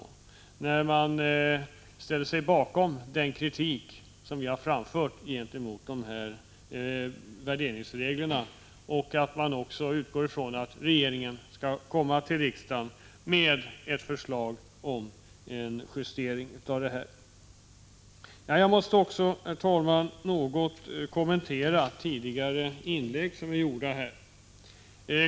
Utskottsmajoriteten ställer sig bakom den kritik som vi har framfört mot dessa värderingsregler. Utskottet utgår också från att regeringen skall komma till riksdagen med förslag om en justering av dem. Herr talman! Jag måste också något kommentera tidigare gjorda inlägg.